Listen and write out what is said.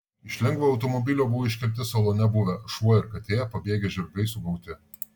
iš lengvojo automobilio buvo iškelti salone buvę šuo ir katė pabėgę žirgai sugauti